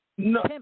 No